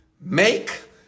make